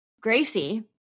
Gracie